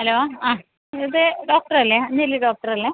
hello ആ ഇത് doctor അല്ലേ അഞ്ജലി ഡോക്ടർ അല്ലേ